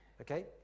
Okay